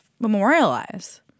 memorialize